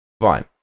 fine